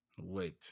Wait